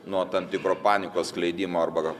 nuo tam tikro panikos skleidimo arba